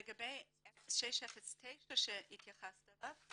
לגבי 609 שהתייחסת אליו,